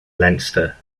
leinster